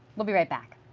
will be right back.